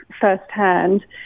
firsthand